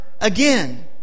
again